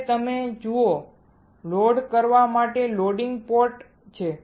હવે તમે જુઓ લોડ કરવા માટે લોડિંગ પોર્ટ છે